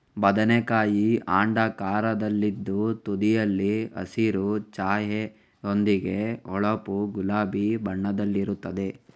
ಬದನೆಕಾಯಿ ಅಂಡಾಕಾರದಲ್ಲಿದ್ದು ತುದಿಯಲ್ಲಿ ಹಸಿರು ಛಾಯೆಯೊಂದಿಗೆ ಹೊಳಪು ಗುಲಾಬಿ ಬಣ್ಣದಲ್ಲಿರುತ್ತದೆ